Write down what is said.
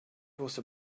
was